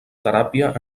teràpia